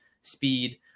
speed